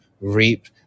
reap